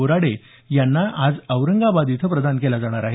बोराडे यांना आज औरंगाबाद इथं प्रदान केला जाणार आहे